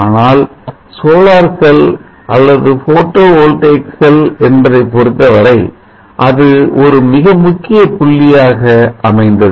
ஆனால் solar cell அல்லது photovoltaic cell என்பதை பொருத்தவரை அது ஒரு மிகமுக்கிய புள்ளியாக அமைந்தது